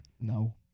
No